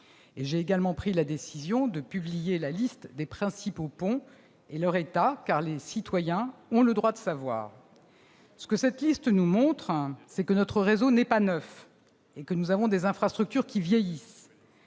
J'ai également pris la décision de publier la liste des principaux ponts et leur état, car les citoyens ont le droit de savoir. Ce que cette liste nous montre, c'est que notre réseau n'est pas neuf et que nous avons des infrastructures qui vieillissent.